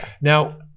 Now